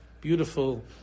beautiful